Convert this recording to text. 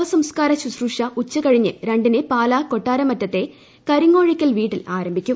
ശവസംസ്കാര ശുശ്രൂഷ ഉച്ചകഴിഞ്ഞ രണ്ടിന് പാലാ കൊട്ടാരമറ്റത്തെ കരിങ്ങോഴയ്ക്കൽ വീട്ടിൽ ആരംഭിക്കും